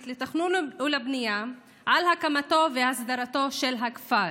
לתכנון ולבנייה על הקמתו והסדרתו של הכפר.